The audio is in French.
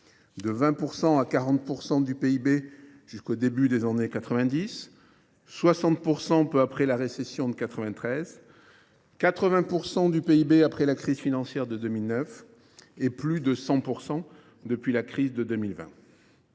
20 % à 40 % du PIB jusqu’au début des années 1990, 60 % après la récession de 1993, 80 % après la crise financière de 2009, il dépasse les 100 % depuis la crise de 2020.